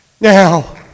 Now